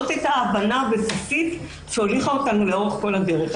זאת הייתה ההבנה הבסיסית שהוליכה אותנו לאורך כל הדרך.